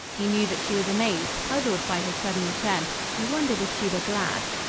he knew that she was amazed, puzzled by his sudden return he wondered if she were glad.